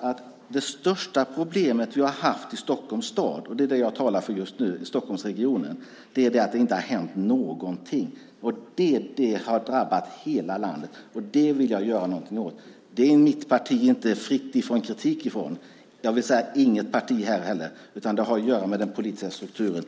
att det största problemet vi har haft i Stockholms stad - det är Stockholmsregionen jag talar för just nu - är att det inte har hänt någonting. Det har drabbat hela landet, och det vill jag göra någonting åt. Mitt parti går inte fritt från kritik för detta. Jag vill säga att inget annat parti här heller gör det, utan det har att göra med den politiska strukturen.